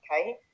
okay